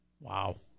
Wow